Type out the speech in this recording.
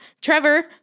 Trevor